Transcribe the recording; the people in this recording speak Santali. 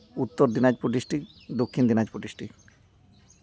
ᱩᱛᱛᱚᱨ ᱫᱤᱱᱟᱡᱽᱯᱩᱨ ᱰᱤᱥᱴᱤᱠ ᱫᱚᱠᱠᱷᱤᱱ ᱫᱤᱱᱟᱡᱽᱯᱩᱨ ᱰᱤᱥᱴᱤᱠ